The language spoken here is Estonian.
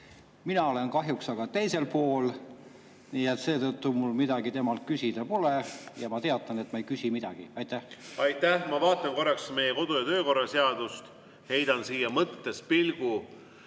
mina olen kahjuks aga teisel pool, nii et seetõttu mul midagi temalt küsida pole ja ma teatan, et ma ei küsi midagi. Aitäh! Ma vaatan korraks meie kodu- ja töökorra seadust, heidan siia mõttes pilgu.